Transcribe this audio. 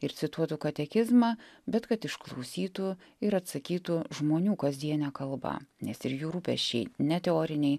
ir cituotų katekizmą bet kad išklausytų ir atsakytų žmonių kasdiene kalba nes ir jų rūpesčiai ne teoriniai